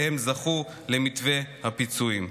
והן זכו למתווה הפיצויים.